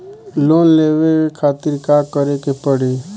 Loan लेवे खातिर का करे के पड़ी?